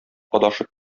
адашып